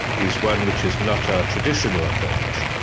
is one which is not our traditional approach.